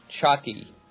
Chucky